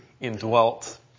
indwelt